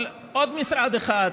אבל יש עוד משרד אחד,